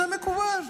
זה מקובל.